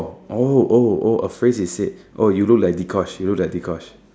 oh oh oh a phrase you said oh you look like Dee-Kosh you look like Dee-Kosh